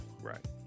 right